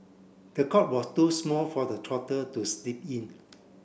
the cot was too small for the toddler to sleep in